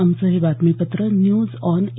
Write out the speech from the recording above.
आमचं हे बातमीपत्र न्यूज ऑन ए